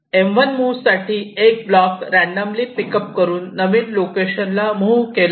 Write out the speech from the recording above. M1 move साठी एक block randomly pick up करून नवीन लोकेशनला मूव्ह केला